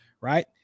Right